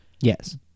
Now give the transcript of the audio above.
Yes